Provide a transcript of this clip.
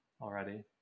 already